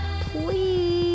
Please